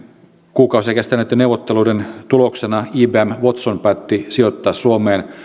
kuukausia kestäneitten neuvotteluiden tuloksena ibm watson päätti sijoittaa suomeen